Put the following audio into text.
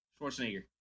Schwarzenegger